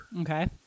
Okay